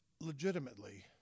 legitimately